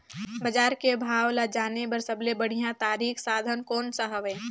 बजार के भाव ला जाने बार सबले बढ़िया तारिक साधन कोन सा हवय?